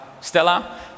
Stella